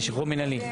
המנהלי.